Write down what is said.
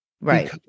Right